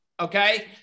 Okay